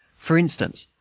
for instance,